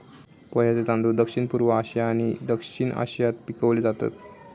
पोह्यांचे तांदूळ दक्षिणपूर्व आशिया आणि दक्षिण आशियात पिकवले जातत